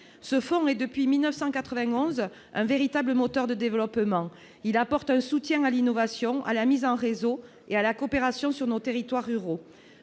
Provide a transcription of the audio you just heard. qui est, depuis 1991, un véritable moteur du développement local. Il apporte un soutien à l'innovation, à la mise en réseau et à la coopération dans nos territoires ruraux.